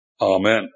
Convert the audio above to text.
Amen